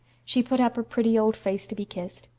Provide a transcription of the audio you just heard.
she put up her pretty old face to be kissed.